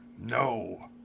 No